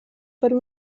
per